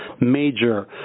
major